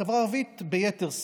בחברה הערבית ביתר שאת.